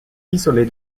isolée